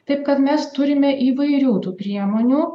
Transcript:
taip kad mes turime įvairių tų priemonių